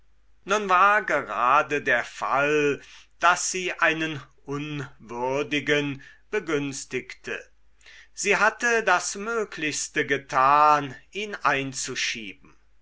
nun war gerade der fall daß sie einen unwürdigen begünstigte sie hatte das möglichste getan ihn einzuschieben